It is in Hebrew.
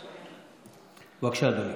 בבקשה, אדוני.